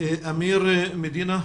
אמיר מדינה,